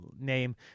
name